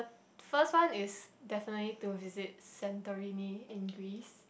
first one is definitely to visit Santorini in Greece